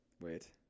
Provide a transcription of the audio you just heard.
wait